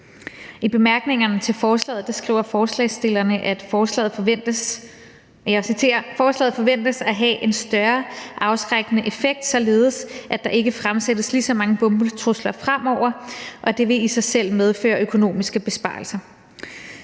I bemærkningerne til beslutningsforslaget skriver forslagsstillerne, og jeg citerer: »forslaget forventes at have en større afskrækkende effekt, således at der ikke fremsættes lige så mange bombetrusler fremover, og det vil i sig selv medføre økonomiske besparelser«.